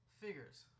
figures